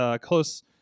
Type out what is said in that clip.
close